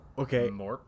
Okay